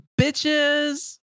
bitches